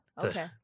Okay